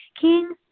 King